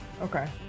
Okay